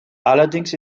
allerdings